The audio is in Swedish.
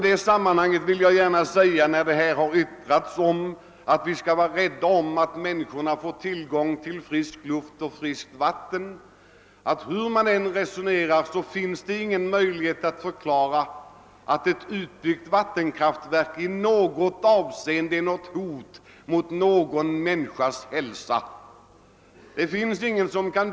Det sägs att vi måste värna om våra tillgångar av frisk luft och rent vatten, men hur man än resonerar finns det ingen möjlighet att hävda att ett vattenkraftverk på något sätt utgör ett hot mot människors hälsa.